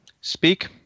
Speak